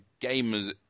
gamers